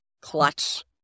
clutch